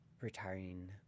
retiring